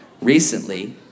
Recently